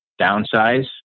downsize